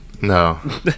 No